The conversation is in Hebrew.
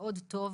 מאוד טוב,